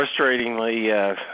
frustratingly